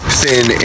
thin